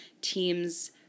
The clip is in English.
teams